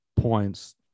points